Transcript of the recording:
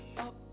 up